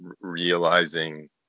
realizing